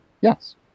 Yes